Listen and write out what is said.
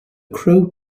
crow